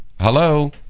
hello